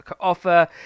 offer